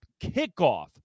kickoff